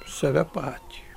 save patį